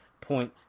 point